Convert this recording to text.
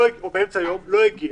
או באמצע היום, הוא לא הגיע.